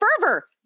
fervor